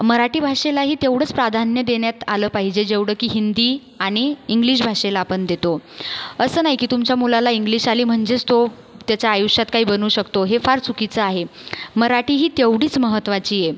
मराठी भाषेलाही तेवढंच प्राधान्य देण्यात आलं पाहिजे जेवढं की हिंदी आणि इंग्लिश भाषेला आपण देतो असं नाही की तुमच्या मुलाला इंग्लिश आली म्हणजेच तो त्याच्या आयुष्यात काही बनू शकतो हे फार चुकीचं आहे मराठीही तेवढीच महत्वाची ये